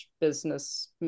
Business